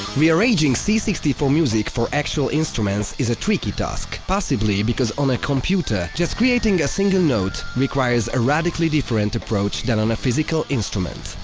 rearranging c six four music for actual instruments is a tricky task, possibly because on a computer, just creating a single note requires a radically different approach than on a physical instrument.